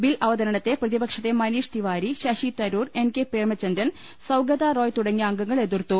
bill അവത രണത്തെ പ്രതിപക്ഷത്തെ മനീഷ്തിവാരി ശശിതരൂർ എൻ കെ പ്രേമചന്ദ്രൻ സൌഗതാറോയ് തുടങ്ങിയ അംഗങ്ങൾ എതിർത്തു